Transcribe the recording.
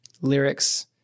lyrics